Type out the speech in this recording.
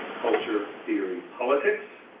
culture, theory, politics.